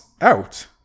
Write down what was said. out